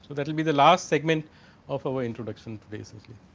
that will be the last segment of our introduction today's essentially.